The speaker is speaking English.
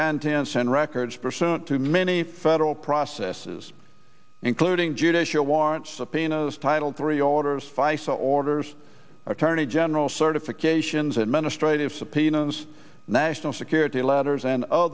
contents and records pursuant to many federal processes including judicial warrant subpoenas title three orders faisel orders attorney general certifications administrative subpoenas national security letters and o